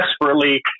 desperately